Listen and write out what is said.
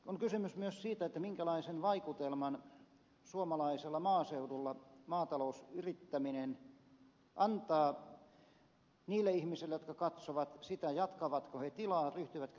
on kysymys myös siitä minkälaisen vaikutelman suomalaisella maaseudulla maatalousyrittäminen antaa niille ihmisille jotka katsovat sitä jatkavatko he tilaa ryhtyvätkö maatalousyrittäjiksi